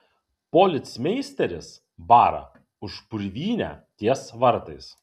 policmeisteris bara už purvynę ties vartais